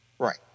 Right